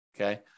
okay